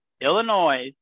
Illinois